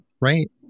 right